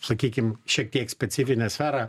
sakykim šiek tiek specifinę sferą